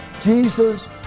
Jesus